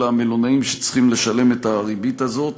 המלונאים שצריכים לשלם את הריבית הזאת.